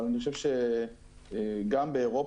אבל אני חושב שגם באירופה,